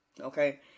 Okay